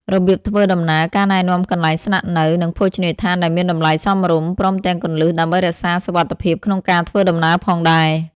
របៀបធ្វើដំណើរ ការណែនាំកន្លែងស្នាក់នៅ និងភោជនីយដ្ឋានដែលមានតម្លៃសមរម្យ ព្រមទាំងគន្លឹះដើម្បីរក្សាសុវត្ថិភាពក្នុងការធ្វើដំណើរផងដែរ។